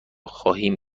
خواهیم